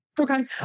Okay